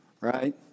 right